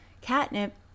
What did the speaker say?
Catnip